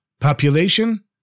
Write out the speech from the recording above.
Population